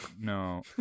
No